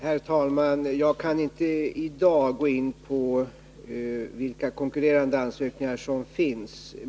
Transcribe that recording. Herr talman! Jag kan inte i dag gå in på vilka konkurrerande ansökningar som finns.